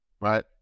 right